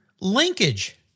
Linkage